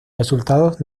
resultados